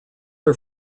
are